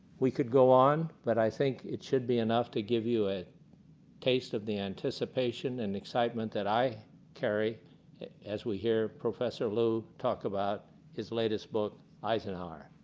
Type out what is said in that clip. we could go on, but i think it should be enough to give you a taste of the anticipation and excitement that i carry as we hear professor lou talk about his latest book eisenhower.